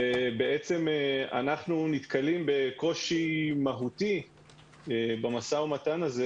אנחנו נתקלים בקושי מהותי במשא-ומתן הזה,